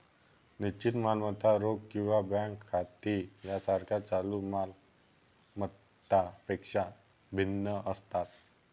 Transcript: निश्चित मालमत्ता रोख किंवा बँक खाती यासारख्या चालू माल मत्तांपेक्षा भिन्न असतात